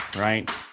right